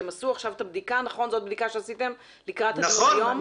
שהם עשו עכשיו את הבדיקה לקראת הדיון היום.